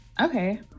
Okay